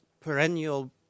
perennial